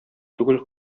түгел